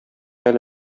әле